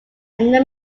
are